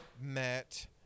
met